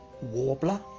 warbler